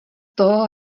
toho